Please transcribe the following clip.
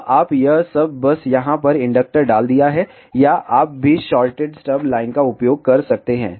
तो आप यह सब बस यहाँ पर इंडक्टर डाल दिया है या आप भी शॉर्टेड स्टब लाइन का उपयोग कर सकते हैं